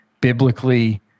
biblically